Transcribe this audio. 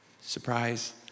surprise